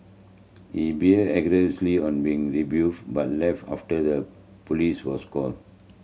he aggressively on being rebuff but left after the police was called